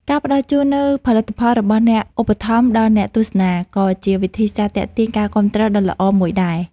ការផ្ដល់ជូននូវផលិតផលរបស់អ្នកឧបត្ថម្ភដល់អ្នកទស្សនាក៏ជាវិធីសាស្ត្រទាក់ទាញការគាំទ្រដ៏ល្អមួយដែរ។